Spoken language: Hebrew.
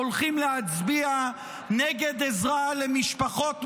הולכים להצביע נגד עזרה למשפחות מוחלשות.